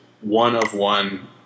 one-of-one